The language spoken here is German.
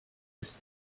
ist